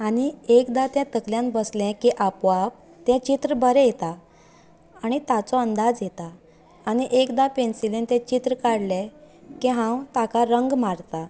आनी एकदां तें तकल्यान बसले की आपोआप तें चित्र बरें येता आनी ताचो अंदाज येता आनी एकदां पेन्सीलेन तें चित्र काडले की हांव ताका रंग मारता